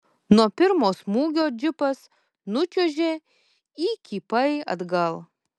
nuo pirmo smūgio džipas nučiuožė įkypai atgal